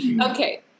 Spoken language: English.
Okay